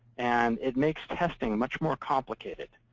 and it makes testing much more complicated.